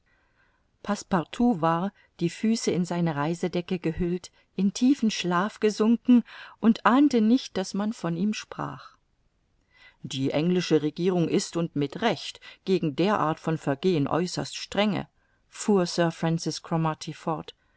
war die füße in seine reisedecke gehüllt in tiefen schlaf gesunken und ahnte nicht daß man von ihm sprach die englische regierung ist und mit recht gegen der art von vergehen äußerst strenge fuhr sir